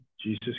Jesus